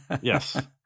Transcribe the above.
Yes